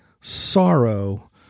sorrow